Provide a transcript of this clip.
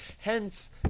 Hence